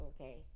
okay